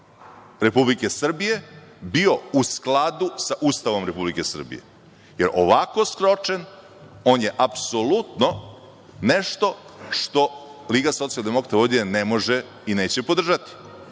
Republike Srbije bio u skladu sa Ustavom Republike Srbije, jer ovako sročen on je apsolutno nešto što LSV ne može i neće podržati. Sa